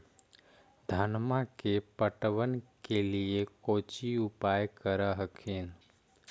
धनमा के पटबन के लिये कौची उपाय कर हखिन?